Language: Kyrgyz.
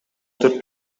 төрт